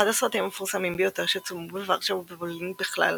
אחד הסרטים המפורסמים ביותר שצולמו בוורשה ובפולין בכלל,